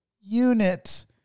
unit